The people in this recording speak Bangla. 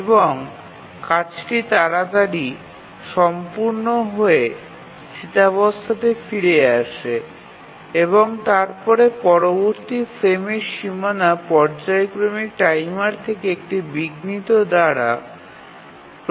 এবং কাজটি তাড়াতাড়ি সম্পূর্ণ হয়ে স্থিতাবস্তাতে ফিরে আসে এবং তারপরে পরবর্তী ফ্রেমের সীমানা পর্যায়ক্রমিক টাইমার থেকে একটি বিঘ্নিত দ্বারা প্রদত্ত হয়